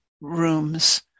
rooms